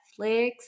Netflix